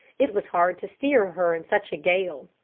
it was hard to steer her in such a gale.